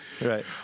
Right